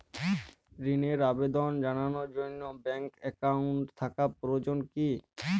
ঋণের আবেদন জানানোর জন্য ব্যাঙ্কে অ্যাকাউন্ট থাকা প্রয়োজন কী?